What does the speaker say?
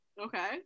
Okay